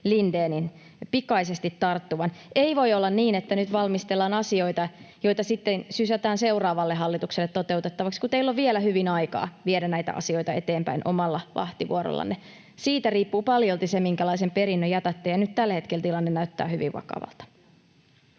Lindénin pikaisesti tarttuvan. Ei voi olla niin, että nyt valmistellaan asioita, joita sitten sysätään seuraavalle hallitukselle toteutettavaksi, kun teillä on vielä hyvin aikaa viedä näitä asioita eteenpäin omalla vahtivuorollanne. Siitä riippuu paljolti se, minkälaisen perinnön jätätte, ja nyt tällä hetkellä tilanne näyttää hyvin vakavalta.